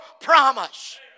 promise